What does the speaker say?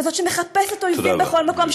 כזאת שמחפשת אויבים בכל מקום,